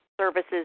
services